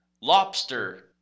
lobster